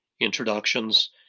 introductions